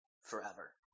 forever